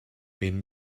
been